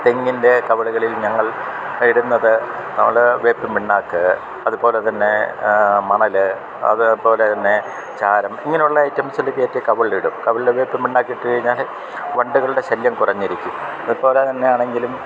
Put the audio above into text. തെങ്ങിൻ്റെ കവ്ള്കളിൽ ഞങ്ങൾ ഇടുന്നത് നമ്മൾ വേപ്പിൻ പിണ്ണാക്ക് അതുപോലെ തന്നെ മണൽ അത് പോലെ തന്നെ ചാരം ഇങ്ങനെ ഉള്ള ഐറ്റംസിലക്കയ്ൻ്റെ കവ്ൾളിടും കവിൾള് വേപ്പിൻ പിണ്ണാക്കിട്ട് കഴിഞ്ഞാൽ വണ്ടുകളുടെ ശല്യം കുറഞ്ഞിരിക്കും അതുപോലെ തന്നെ ആണെങ്കിലും